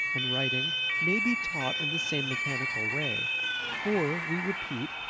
and writing may be taught in the same mechanical way for, we repeat,